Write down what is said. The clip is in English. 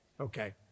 Okay